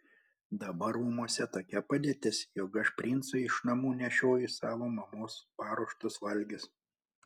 dabar rūmuose tokia padėtis jog aš princui iš namų nešioju savo mamos paruoštus valgius